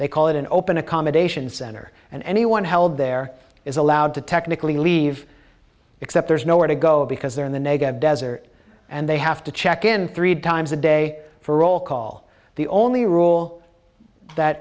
they call it an open accommodation center and anyone held there is allowed to technically leave except there's nowhere to go because they're in the negev desert and they have to check in three times a day for roll call the only rule that